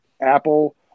Apple